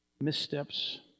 missteps